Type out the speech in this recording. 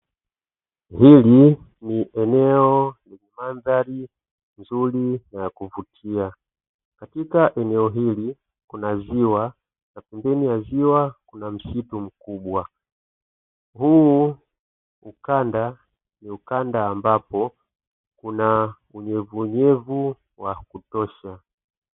Hili ni eneo lenye madhari nzuri na ya kuvutia katika eneo hili kuna ziwa na pembeni ya ziwa kuna msitu mkubwa, huu ukanda ni ukanda ambapo kuna unyevunyevu wa kutosha.